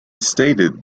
stated